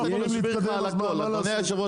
אדוני,